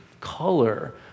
color